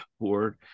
board